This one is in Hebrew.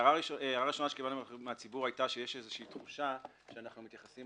הערה ראשונה שקיבלנו היתה שיש איזושהי תחושה שאנחנו מתייחסים